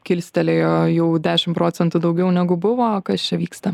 kilstelėjo jau dešim procentų daugiau negu buvo kas čia vyksta